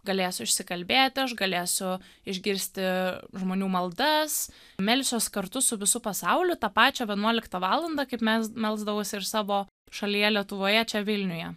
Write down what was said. galėsiu išsikalbėti aš galėsiu išgirsti žmonių maldas melsiuos kartu su visu pasauliu tą pačią vienuoliktą valandą kaip mes melsdavausi ir savo šalyje lietuvoje čia vilniuje